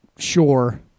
Sure